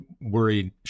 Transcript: worried